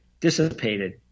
dissipated